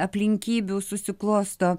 aplinkybių susiklosto